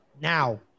now